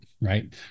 Right